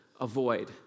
avoid